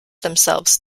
themselves